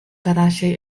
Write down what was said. tarasie